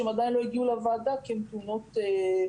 שהן עדיין לא הגיעו לוועדה כי הן טעונות הסכמה